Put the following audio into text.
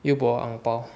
又 boh angpao